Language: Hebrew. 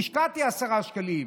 השקעתי עשרה שקלים.